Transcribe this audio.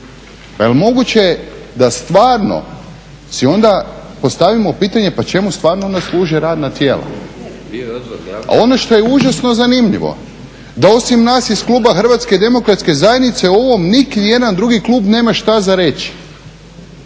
Pa jel moguće da stvarno si onda postavimo pitanje pa čemu stvarno onda služe radna tijela? Ono što je užasno zanimljivo, da osim nas iz kluba HDZ-a o ovom niti jedan drugi klub nema šta za reći.